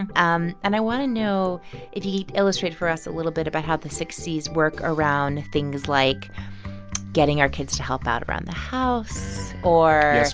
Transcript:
ah um and i want to know if you'd illustrate for us a little bit about how the six c's work around things like getting our kids to help out around the house or.